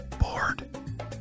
bored